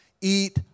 Eat